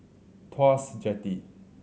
Tuas Jetty